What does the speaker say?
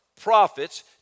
prophets